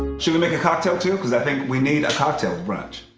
should we make a cocktail, too? because i think we need a cocktail with brunch.